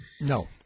No